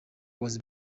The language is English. was